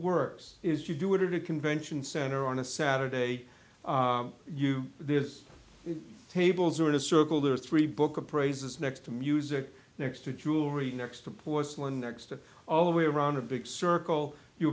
works is you do it at a convention center on a saturday you there's tables are in a circle there are three book appraisers next to music next to jewelry next to porcelain next to all the way around a big circle you